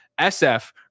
sf